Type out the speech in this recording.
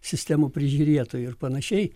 sistemų prižiūrėtojai ir panašiai